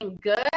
good